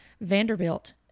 Vanderbilt